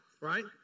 right